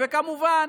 כמובן,